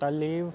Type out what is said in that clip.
ਤਾਲੀਵ